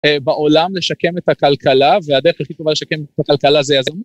אה.. בעולם לשקם את הכלכלה והדרך הכי טובה לשקם את הכלכלה זה...